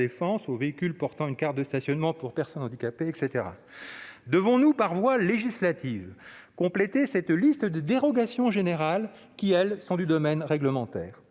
aux véhicules portant une carte de stationnement pour personnes handicapées, etc. Devons-nous compléter par voie législative cette liste de dérogations générales qui, elles, sont du domaine réglementaire ?